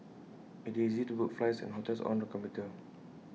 IT is easy to book flights and hotels on the computer